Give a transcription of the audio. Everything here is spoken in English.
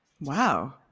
Wow